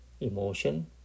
emotion